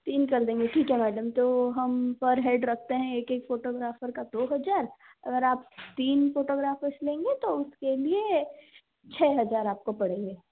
तीन कर देंगे ठीक है मैडम तो हम पर हेड रखते हैं एक एक फोटोग्राफर का दो हजार और आप तीन फोटोग्राफर लेंगे तो उसके लिए छः हजार आपको पड़ेंगे